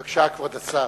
בבקשה, כבוד השר.